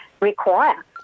require